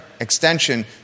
extension